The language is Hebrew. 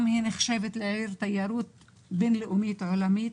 גם היא נחשבת לעיר תיירות בינלאומית עולמית.